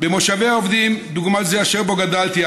במושבי עובדים דוגמת זה אשר בו גדלתי,